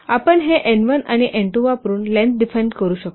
आपण हे एन 1 आणि एन 2 वापरुन लेन्थ डिफाइन करू शकतो